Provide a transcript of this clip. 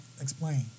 explain